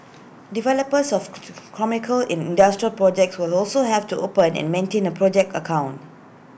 developers of commercial in industrial projects will also have to open and maintain A project account